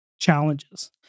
challenges